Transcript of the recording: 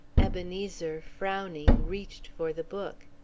ebenezer, frowning, reached for the book.